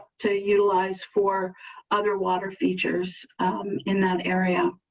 to utilize for other water features in that area.